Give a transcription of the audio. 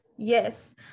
Yes